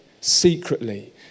secretly